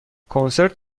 کنسرت